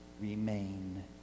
remain